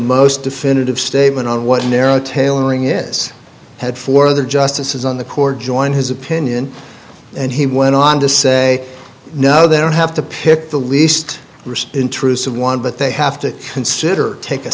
most definitive statement on what a narrow tailoring is had for other justices on the court join his opinion and he went on to say now they don't have to pick the least risky intrusive one but they have to consider take a